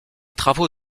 travaux